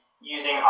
using